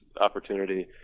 opportunity